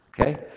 Okay